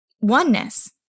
oneness